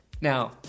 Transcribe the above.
Now